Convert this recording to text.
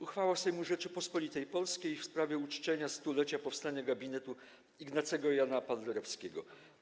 Uchwała Sejmu Rzeczypospolitej Polskiej w sprawie uczczenia 100-lecia powstania gabinetu Ignacego Jana Paderewskiego.